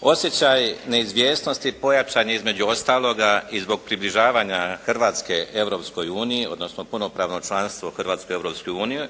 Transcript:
Osjećaj neizvjesnosti pojačan je između ostaloga i zbog približavanja Hrvatske Europskoj uniji odnosno punopravno članstvo Hrvatske u Europskoj uniji